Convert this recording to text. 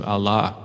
Allah